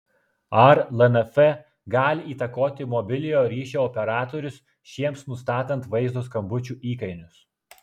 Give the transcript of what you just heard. ar lnf gali įtakoti mobiliojo ryšio operatorius šiems nustatant vaizdo skambučių įkainius